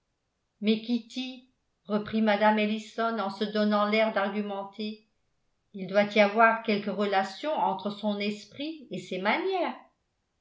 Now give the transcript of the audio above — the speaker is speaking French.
reprit mme ellison en se donnant l'air d'argumenter il doit y avoir quelque relation entre son esprit et ses manières